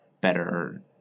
better